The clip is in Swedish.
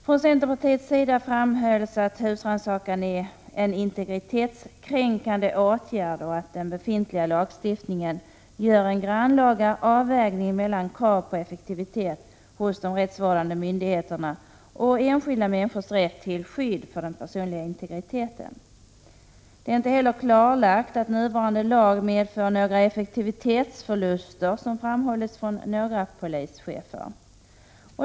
Från centerpartiets sida framhölls att husrannsakan är en integritetskränkande åtgärd och att den befintliga lagstiftningen gör en grannlaga avvägning mellan krav på effektivitet hos de rättsvårdande myndigheterna och enskilda människors rätt till skydd för den personliga integriteten. Det är inte heller klarlagt att nuvarande lag medför några effektivitetsförluster — som framhållits av några polischefer.